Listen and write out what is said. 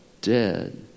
Dead